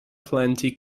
plenty